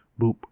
boop